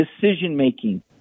decision-making